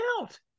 out